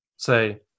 say